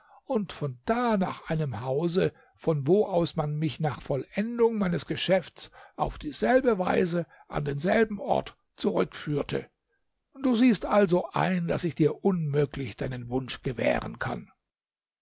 und von da nach einem hause von wo aus man mich nach vollendung meines geschäfts auf dieselbe weise an denselben ort zurückführte du siehst also ein daß ich dir unmöglich deinen wunsch gewähren kann